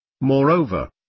Moreover